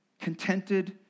contented